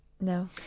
No